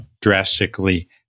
drastically